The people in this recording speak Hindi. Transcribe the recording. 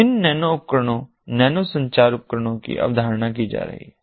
तो इन नैनो उपकरणों नैनो संचार उपकरणों की अवधारणा की जा रही है